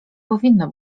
powinno